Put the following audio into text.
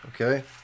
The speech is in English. okay